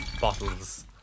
bottles